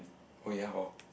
oh ya or